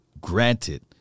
Granted